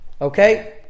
Okay